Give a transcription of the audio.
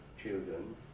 children